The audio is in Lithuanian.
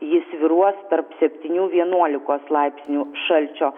ji svyruos tarp septynių vienuolikos laipsnių šalčio